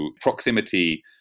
proximity